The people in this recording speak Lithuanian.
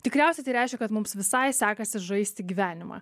tikriausiai tai reiškia kad mums visai sekasi žaisti gyvenimą